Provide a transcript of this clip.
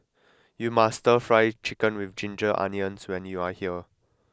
you must try Stir Fry Chicken with ginger onions when you are here